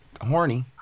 horny